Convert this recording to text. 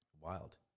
wild